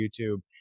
YouTube